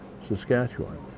Saskatchewan